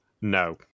No